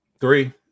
Three